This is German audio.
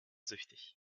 süchtig